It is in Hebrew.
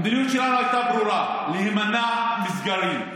המדיניות שלנו הייתה ברורה: להימנע מסגרים,